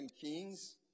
Kings